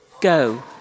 Go